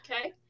Okay